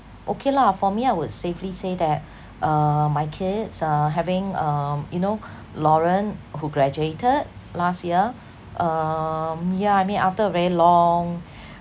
okay lah for me I would safely say that uh my kids are having um you know lauren who graduated last year um yeah I mean after a very long